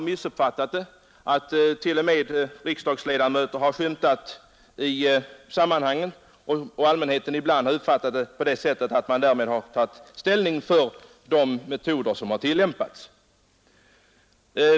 Eftersom t.o.m. riksdagsledamöter har skymtat i sammanhangen, har allmänheten ibland fått den uppfattningen att man därmed har tagit ställning för de metoder som har tillämpats.